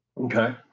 okay